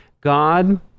God